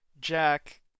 Jack